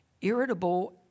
irritable